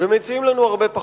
ומציעים לנו הרבה פחות.